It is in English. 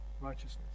Righteousness